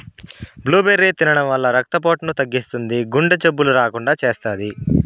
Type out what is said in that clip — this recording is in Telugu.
బ్లూబెర్రీ తినడం వల్ల రక్త పోటును తగ్గిస్తుంది, గుండె జబ్బులు రాకుండా చేస్తాది